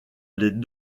les